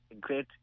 great